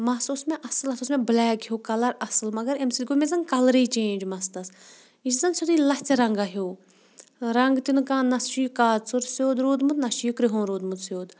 مَس اوس مےٚ اَصٕل اَتھ اوس مےٚ بٕلیک ہیوٗ کَلَر اَصٕل مگر اَمہِ سۭتۍ گوٚو مےٚ زَن کَلرٕے چینٛج مستَس یہِ چھُ زَن سیوٚدُے لَژھِ رنٛگہ ہیوٗ رنٛگ تہِ نہٕ کانٛہہ نہ چھُ یہِ کاژُر سیوٚد روٗدمُت نہ چھِ یہِ کُرٛہُن روٗدمُت سیوٚد